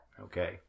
Okay